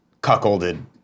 cuckolded